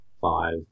five